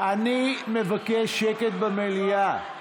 אני מבקש שקט במליאה.